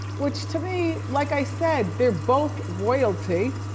which to me, like i said, they're both royalty.